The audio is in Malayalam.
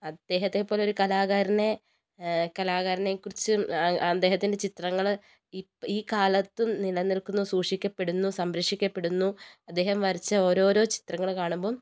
അദ്ദേഹത്തെ പോലെ ഒരു കലാകാരനെ കലാകാരനെ കുറിച്ച് അദ്ദേഹത്തിന്റെ ചിത്രങ്ങൾ ഈ കാലത്തും നിലനിൽക്കുന്നു സൂക്ഷിക്കപ്പെടുന്നു സംരക്ഷിക്കപ്പെടുന്നു അദ്ദേഹം വരച്ച ഓരോരോ ചിത്രങ്ങൾ കാണുമ്പോൾ